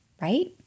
right